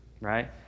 Right